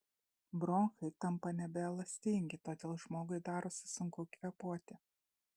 bronchai tampa nebeelastingi todėl žmogui darosi sunku kvėpuoti